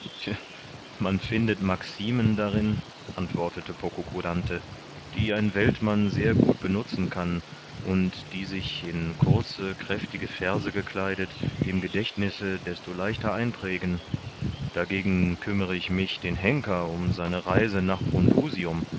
man findet maximen darin antwortete pococurante die ein weltmann sehr gut benutzen kann und die sich in kurze kräftige verse gekleidet dem gedächtnisse desto leichter einprägen dagegen kümmere ich mich den henker um seine reise nach